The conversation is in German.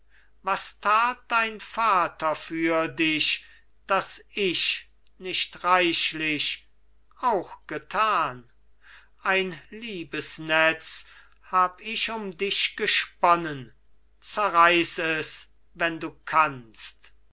was tat dein vater für dich das ich nicht reichlich auch getan ein liebesnetz hab ich um dich gesponnen zerreiß es wenn du kannst